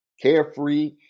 carefree